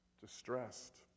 Distressed